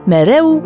Mereu